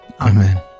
Amen